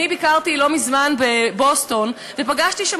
אני ביקרתי לא מזמן בבוסטון ופגשתי שם